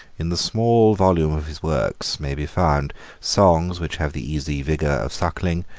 in the small volume of his works may be found songs which have the easy vigour of suckling,